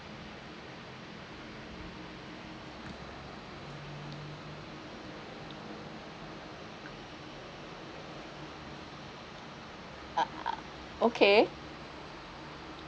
ugh okay